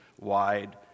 wide